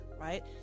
right